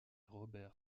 robert